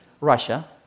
Russia